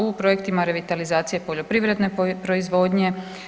U projektima revitalizacije poljoprivredne proizvodnje.